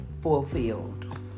fulfilled